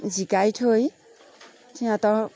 জিকাই থৈ সিহঁতৰ